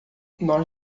nós